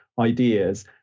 ideas